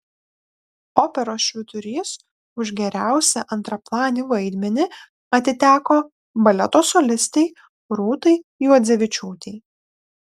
operos švyturys už geriausią antraplanį vaidmenį atiteko baleto solistei rūtai juodzevičiūtei